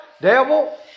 devil